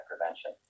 prevention